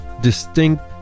distinct